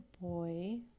boy